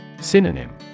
Synonym